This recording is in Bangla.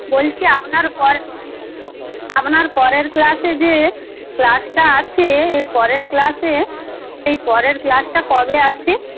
বলছি আপনার পর আপনার পরের ক্লাসে যে ক্লাসটা আছে এর পরের ক্লাসে সেই পরের ক্লাসটা কবে আছে